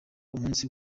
umunsi